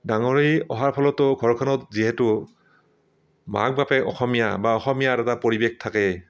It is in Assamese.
ডাঙৰ হৈ অহাৰ ফলতো ঘৰখনত যিহেতু মাক বাপেক অসমীয়া বা অসমীয়াৰ এটা পৰিৱেশ থাকে